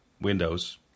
Windows